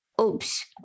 oops